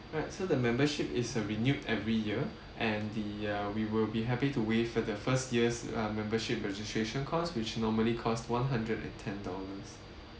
alright so the membership is uh renewed every year and the uh we will be happy to waive for their first year's uh membership registration cost which normally cost one hundred and ten dollars